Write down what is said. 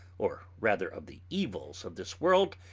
or rather of the evils of this world,